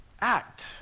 act